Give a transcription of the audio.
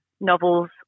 novels